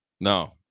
No